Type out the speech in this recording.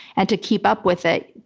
and to keep up with it,